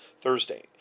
Thursday